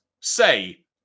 say